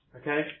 Okay